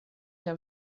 laŭ